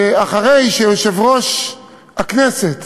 אחרי שיושב-ראש הכנסת